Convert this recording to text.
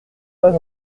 pas